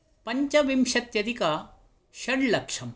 पञ्चविंशत्यधिकषल्लक्षम्